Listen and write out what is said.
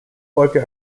wollte